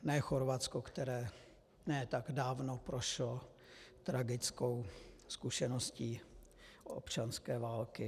Ne Chorvatsko, které ne tak dávno prošlo tragickou zkušeností občanské války.